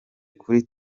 kuri